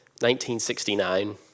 1969